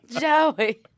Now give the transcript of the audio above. Joey